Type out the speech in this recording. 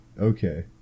okay